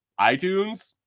iTunes